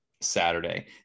Saturday